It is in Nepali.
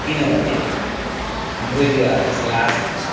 किनभने हाम्रो युवाहरूलाई चाहिँ लाज लाग्छ